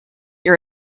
your